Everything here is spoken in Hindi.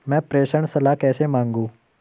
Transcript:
मैं प्रेषण सलाह कैसे मांगूं?